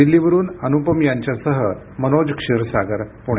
दिल्लीवरून अनुपम यांच्यासह मनोज क्षीरसागर पुणे